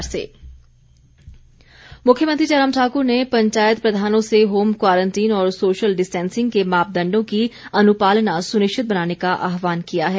मुख्यमंत्री मुख्यमंत्री जयराम ठाकुर ने पंचायत प्रधानों से होम क्वारंटीन और सोशल डिस्टैंसिंग के मापदण्डों की अनुपालना सुनिश्चित बनाने का आहवान किया है